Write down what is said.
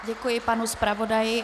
Děkuji panu zpravodaji.